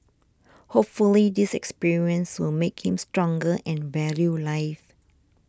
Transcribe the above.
hopefully this experience will make him stronger and value life